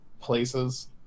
places